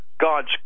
God's